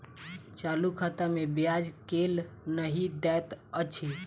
चालू खाता मे ब्याज केल नहि दैत अछि